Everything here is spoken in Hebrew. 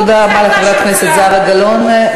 תודה רבה לחברת הכנסת זהבה גלאון.